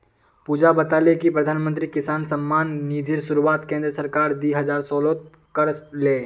पुजा बताले कि प्रधानमंत्री किसान सम्मान निधिर शुरुआत केंद्र सरकार दी हजार सोलत कर ले